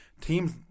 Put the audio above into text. teams